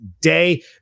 day